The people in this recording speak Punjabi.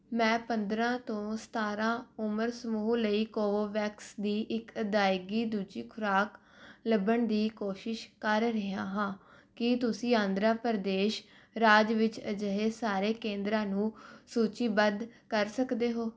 ਮੈਂ ਪੰਦਰਾਂ ਤੋਂ ਸਤਾਰਾਂ ਉਮਰ ਸਮੂਹ ਲਈ ਕੋਵੋਵੈਕਸ ਦੀ ਇੱਕ ਅਦਾਇਗੀ ਦੂਜੀ ਖੁਰਾਕ ਲੱਭਣ ਦੀ ਕੋਸ਼ਿਸ਼ ਕਰ ਰਿਹਾ ਹਾਂ ਕੀ ਤੁਸੀਂ ਆਂਧਰਾ ਪ੍ਰਦੇਸ਼ ਰਾਜ ਵਿੱਚ ਅਜਿਹੇ ਸਾਰੇ ਕੇਂਦਰਾਂ ਨੂੰ ਸੂਚੀਬੱਧ ਕਰ ਸਕਦੇ ਹੋ